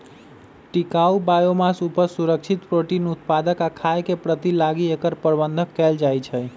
टिकाऊ बायोमास उपज, सुरक्षित प्रोटीन उत्पादक आ खाय के पूर्ति लागी एकर प्रबन्धन कएल जाइछइ